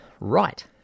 Right